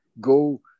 go